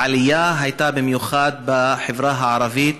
העלייה הייתה במיוחד בחברה הערבית